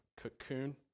cocoon